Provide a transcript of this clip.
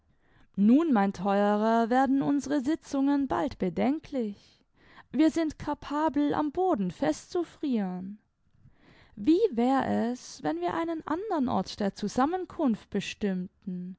nun mein theuerer werden unsere sitzungen bald bedenklich wir sind capabel am boden festzufrieren wie wär es wenn wir einen andern ort der zusammenkunft bestimmten